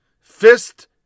fist